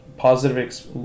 positive